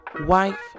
wife